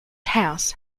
house